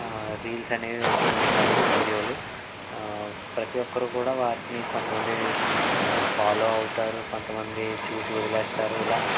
reels అనేవి వస్తూ ఉంటాయి వీడియోలు ప్రతి ఒక్కరు కూడా వాటిని కొంతమంది ఫాలో అవుతారు కొంతమంది చూసి వదిలేస్తారు ఇలా